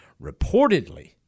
reportedly